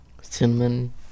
cinnamon